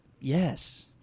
Yes